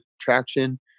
traction